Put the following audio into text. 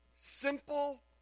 Simple